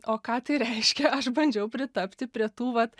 o ką tai reiškia aš bandžiau pritapti prie tų vat